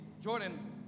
Jordan